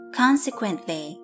consequently